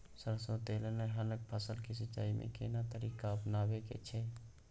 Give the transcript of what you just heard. सरसो तेलहनक फसल के सिंचाई में केना तरीका अपनाबे के छै?